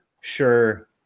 Sure